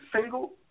single